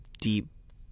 deep